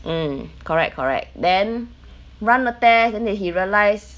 mm correct correct then run the test then he realise